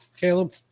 Caleb